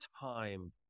time